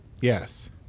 Yes